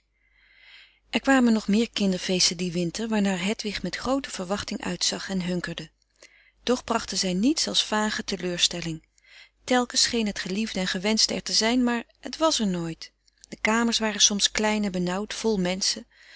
er kwamen nog meer kinderfeesten dien winter waarnaar hedwig met groote verwachting uitzag en hunkerde doch brachten zij niets als vage teleurstelling telkens scheen het geliefde en gewenschte er te zijn maar het was er nooit de kamers waren soms klein en benauwd vol menschen